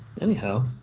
Anyhow